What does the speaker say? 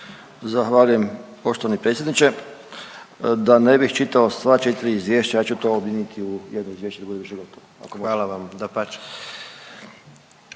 Zahvaljujem poštovani predsjedniče. Da ne bih čitao sva 4 izvješća ja ću to objediniti u jedno izvješće budući da je to, ako